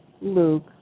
Luke